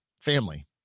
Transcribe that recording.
family